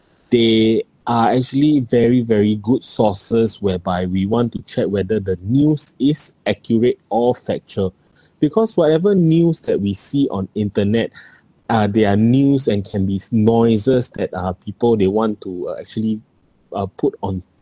they are actually very very good sources whereby we want to check whether the news is accurate or factual because whatever news that we see on internet uh there are news and can be noises that uh people they want to uh actually uh put on